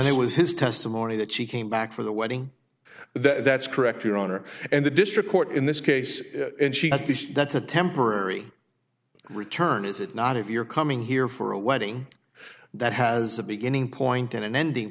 and it was his testimony that she came back for the wedding that's correct your honor and the district court in this case that's a temporary return is it not if you're coming here for a wedding that has a beginning point in an ending